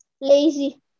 Lazy